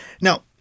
Now